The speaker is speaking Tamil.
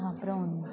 அப்புறம்